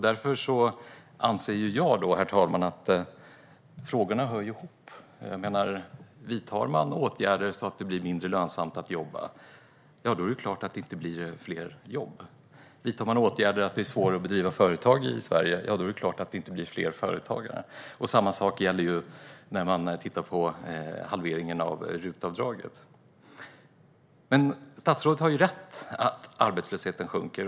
Därför anser jag, herr talman, att frågorna hör ihop. Vidtar man åtgärder som gör att det blir mindre lönsamt att jobba är det klart att det inte blir fler jobb. Vidtar man åtgärder som gör det svårt att driva företag i Sverige är det klart att det inte blir fler företag. Samma sak gäller halveringen av RUT-avdraget. Men statsrådet har rätt i att arbetslösheten sjunker.